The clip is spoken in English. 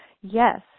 Yes